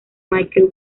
michael